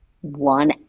one